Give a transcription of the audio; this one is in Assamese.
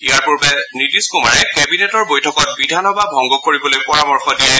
ইয়াৰ পূৰ্বে শ্ৰী নীতিশ কুমাৰে কেবিনেটৰ বৈঠকত বিধানসভা ভংগ কৰিবলৈ পৰামৰ্শ দিয়ে